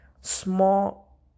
small